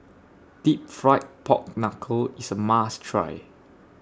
Deep Fried Pork Knuckle IS A must Try